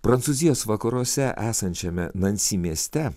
prancūzijos vakaruose esančiame nansi mieste